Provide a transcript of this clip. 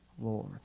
Lord